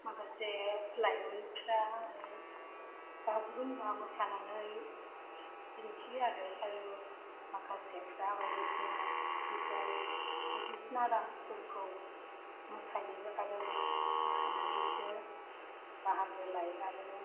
माखासे लाइमोनफ्रा माने बागुरुमबा मोसानानै दिन्थियो आरो आरो माखासेफ्रा बायदिसिना हिप हफ बायदिसिना दान्सफोरखौ मोसायो आरो मोसानानै बिसोरो बाहागो लायो आरो